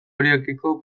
horiekiko